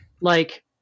like-